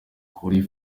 kuri